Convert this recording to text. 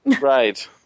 Right